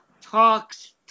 talks